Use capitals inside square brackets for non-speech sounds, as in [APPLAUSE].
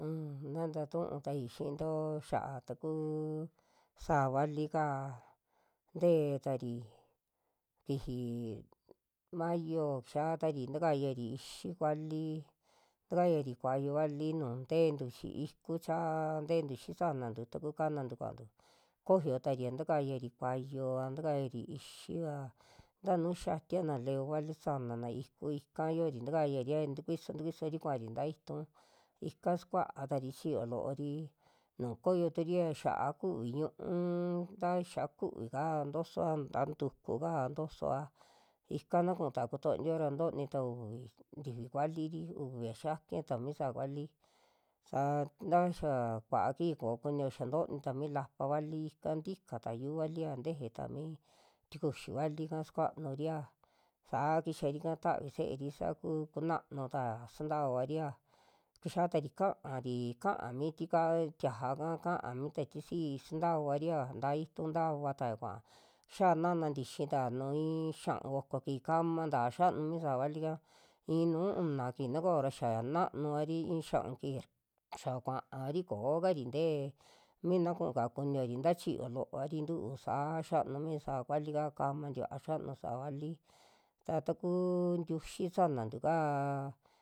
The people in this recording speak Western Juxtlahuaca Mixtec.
Na ntaa tu'utai xiinto xaa takuu sa'avi'ka ntee taari kijii mayo xiatari takayari ixii kuali, takayari kuayo vali nuu nteentu xi ikuu chaa nteentu xi sanantu, taku kanantu kua'antu koyotari takaxiari kuayo'va ntakayari ixiva nta nu'u xiaatiana levo vali saanana iku ika yiori takaxa rixa tukuiso, tukusiori kuaari taa iitu ika sukaatari chiyo loori nu koyoturia xia'a kuvi ñú'u, ntaa xiaa kuvi'ka ntosoa nta'a tuukuka ntosoa, ika na kuu tao kutonio ra ntooni ta uvi tifi valiri, uviaa xakiata mi sa'a vali, sa taa xia kua'a kiji koo kunio xa ntoni ta mi lapa vali'ka ntik taa yu'u valia teje ta mii tikuxi valika sukuanuria saa kixarika tavi se'eri, saa kuu kunanutaa suntavaria kixiatari ka'ari, ka'a mi tika tiaja'ka, ka'a mi ta tii si'i suntavari ya nta'a ituu ntavata kua'a xia naana tixi taa nu i'in xia'un, oko kiji kaama ntaa xianuu mi sa'a vali'ka i'i nuu una kiji na koora xia na'anu vari i'i xia'un kiji [RUDIO] ya kuavari, koov]kari ntee mina kuu kao kuniori nta chiyoo loo vari ntuu saa xianu mii sa'a kuali'ka kama tikuaa xanu sa'a vali, ta takuu ntiuxi sanantu kaa